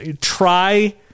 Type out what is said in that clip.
Try